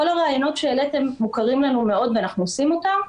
כל הרעיונות שהעליתם מוכרים לנו מאוד ואנחנו עושים אותם,